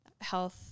health